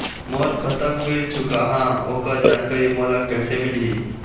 मोर कतक बिल चुकाहां ओकर जानकारी मोला कैसे मिलही?